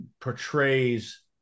portrays